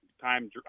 time